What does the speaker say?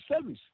Service